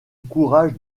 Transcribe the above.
courage